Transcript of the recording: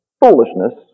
foolishness